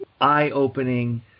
eye-opening